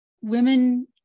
women